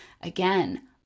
Again